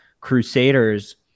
crusaders